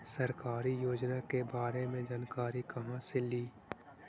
सरकारी योजना के बारे मे जानकारी कहा से ली?